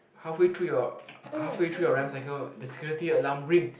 halfway through your halfway through your Rem cycle the security alarm rings